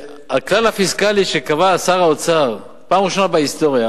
הכלל הפיסקלי שקבע שר האוצר בפעם הראשונה בהיסטוריה